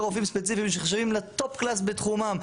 רופאים ספציפיים שנחשבים לטופ קלאס בתחומם,